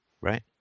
Right